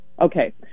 Okay